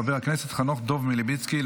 חבר הכנסת חנוך דב מלביצקי,